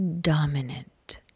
dominant